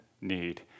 need